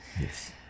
Yes